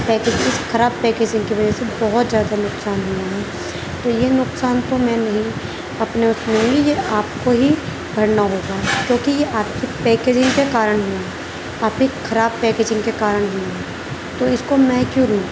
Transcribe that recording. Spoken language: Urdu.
پیکجنگ خراب پیکجنگ کی وجہ سے بہت زیادہ نقصان ہوا ہے تو یہ نقصان تو میں نہیں اپنے اس میں نہیں یہ آپ کو ہی بھرنا ہوگا کیونکہ یہ آپ کی پیکجنگ کے کارن ہوا ہے آپ ایک خراب پیکیجنگ کے کارن ہوئی ہے تو اس کو میں کیوں دوں